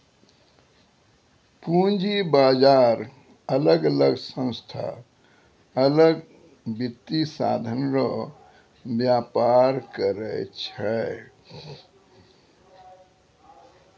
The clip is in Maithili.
पूंजी बाजार अलग अलग संस्था अलग वित्तीय साधन रो व्यापार करै छै